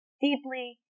deeply